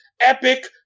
epic